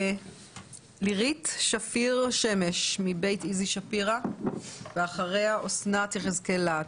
לירית שפיר שמש מבית איזי שפירא ואחריה אסנת יחזקאל להט.